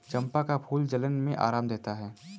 चंपा का फूल जलन में आराम देता है